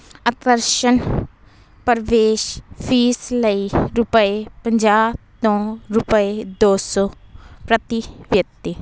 ਆ ਪਰਸ਼ਨ ਪਰਵੇਸ਼ ਫੀਸ ਲਈ ਰੁਪਏ ਪੰਜਾਹ ਤੋਂ ਰੁਪਏ ਦੋ ਸੌ ਪ੍ਰਤੀ ਵਿਅਕਤੀ